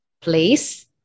place